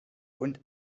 und